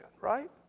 right